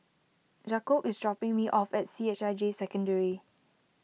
Jakobe is dropping me off at C H I J Secondary